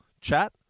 chat